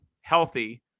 healthy